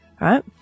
right